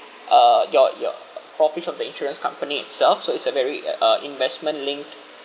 uh your your profit from the insurance company itself so it's a very a uh investment linked